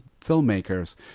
filmmakers